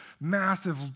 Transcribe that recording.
massive